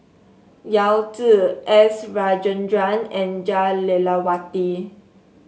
Yao Zi S Rajendran and Jah Lelawati